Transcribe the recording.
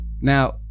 now